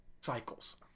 cycles